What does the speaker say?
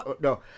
no